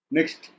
Next